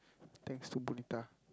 thanks to Punitha